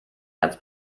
ganz